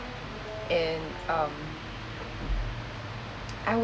and um I would